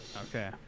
Okay